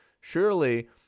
Surely